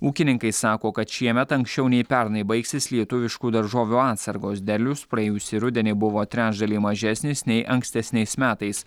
ūkininkai sako kad šiemet anksčiau nei pernai baigsis lietuviškų daržovių atsargos derlius praėjusį rudenį buvo trečdaliu mažesnis nei ankstesniais metais